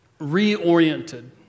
reoriented